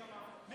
אנחנו ביקשנו.